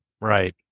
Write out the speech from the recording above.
Right